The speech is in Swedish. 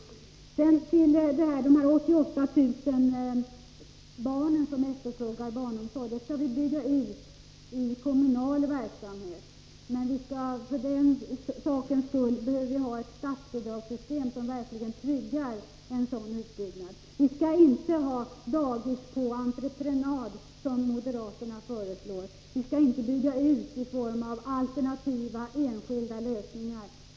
För de 88 000 barn som efterfrågar barnomsorg skall vi göra en utbyggnad av den kommunala verksamheten, men för den sakens skull behöver vi ett statsbidragssystem som verkligen tryggar en sådan utbyggnad. Vi skall inte ha dagis på entreprenad, som moderaterna föreslår. Vi skall inte bygga ut i form av alternativa enskilda lösningar.